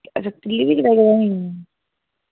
अच्छा तरीक तक कड़हानी